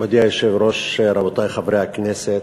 מכובדי היושב-ראש, רבותי חברי הכנסת,